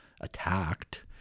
attacked